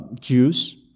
Jews